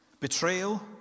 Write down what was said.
Betrayal